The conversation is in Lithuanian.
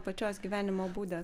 pačios gyvenimo būde